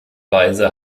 weise